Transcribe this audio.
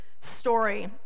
story